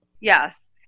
Yes